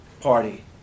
party